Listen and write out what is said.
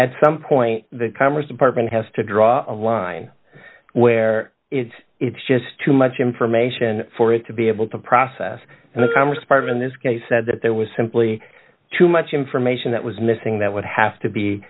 at some point the commerce department has to draw a line where it's just too much information for it to be able to process and the commerce department this case said that there was simply too much information that was missing that would have to be